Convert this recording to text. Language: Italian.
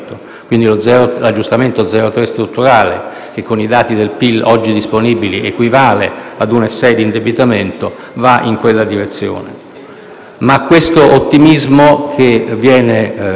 Quindi, l'aggiustamento dello 0,3 strutturale, che con i dati del PIL oggi disponibili equivale a 1,6 di indebitamento, va in quella direzione. Ma l'ottimismo che viene